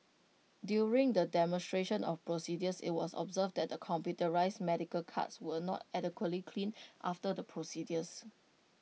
during the demonstrations of procedures IT was observed that the computerised medical carts were not adequately cleaned after the procedures